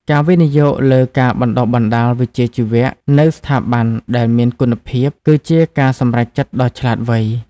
ការវិនិយោគលើការបណ្តុះបណ្តាលវិជ្ជាជីវៈនៅស្ថាប័នដែលមានគុណភាពគឺជាការសម្រេចចិត្តដ៏ឆ្លាតវៃ។